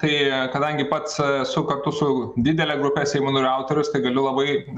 kai kadangi pats esu kartu su didele grupe seimo narių autorius tai galiu labai